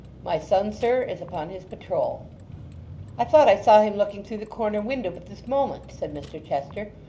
my son, sir, is upon his patrole i thought i saw him looking through the corner window but this moment said mr chester,